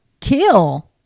kill